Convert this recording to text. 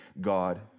God